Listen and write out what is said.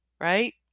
right